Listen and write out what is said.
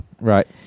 Right